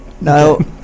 No